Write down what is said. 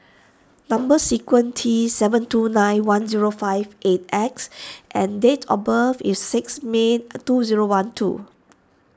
number T seven two nine one zero five eight X and date of birth is six May two zero one two